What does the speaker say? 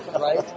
right